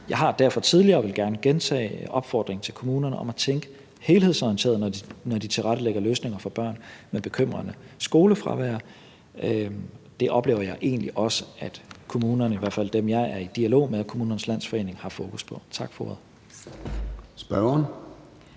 kommunerne – og jeg vil gerne gentage den opfordring – til at tænke helhedsorienteret, når de tilrettelægger løsninger for børn med bekymrende skolefravær. Det oplever jeg egentlig også at kommunerne – i hvert fald dem, jeg er i dialog med – og Kommunernes